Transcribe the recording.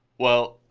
well,